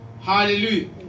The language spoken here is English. Hallelujah